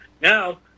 Now